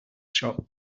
shop